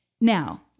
Now